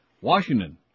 Washington